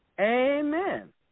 Amen